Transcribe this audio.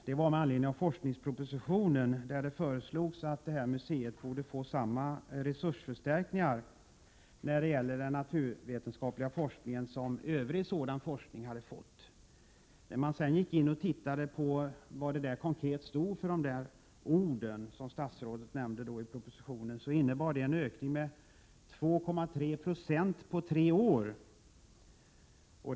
Det var med anledning av forskningspropositionen, där det föreslogs att den naturvetenskapliga forskningen vid detta museum borde få samma resursförstärkningar som övrig sådan forskningsverksamhet hade fått. Men när man närmare studerade statsrådets ord i propositionen, fann man att de innebar en ökning med 2,3 9 på tre år.